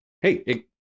hey